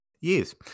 Yes